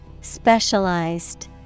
Specialized